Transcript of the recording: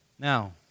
Now